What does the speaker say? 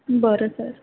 बरं सर